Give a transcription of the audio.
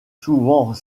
souvent